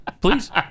please